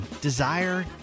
desire